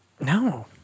No